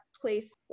place